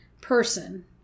person